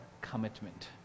commitment